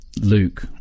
Luke